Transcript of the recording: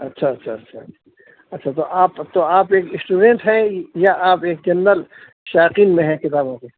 اچھا اچھا اچھا اچھا تو آپ تو آپ ایک اسٹوڈینٹ ہیں یا آپ ایک جنرل شائقین میں ہیں کتابوں کے